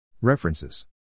References